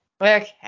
Okay